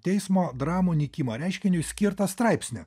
teismo dramų nykimo reiškiniui skirtą straipsnį